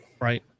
Right